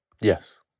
Yes